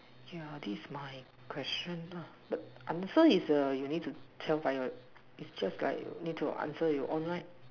yeah this is my question lah but answer is err you need to tell by your is just like need to answer your own right